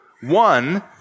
one